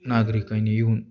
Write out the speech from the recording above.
नागरिकानी येऊन